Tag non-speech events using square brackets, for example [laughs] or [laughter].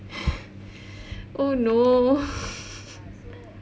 [breath] oh no [laughs]